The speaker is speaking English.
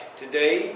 today